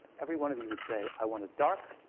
every one of you would say, i want a dark,